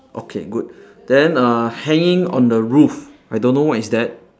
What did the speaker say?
okay good then uh hanging on the roof I don't know what is that